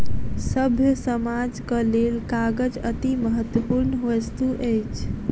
सभ्य समाजक लेल कागज अतिमहत्वपूर्ण वस्तु अछि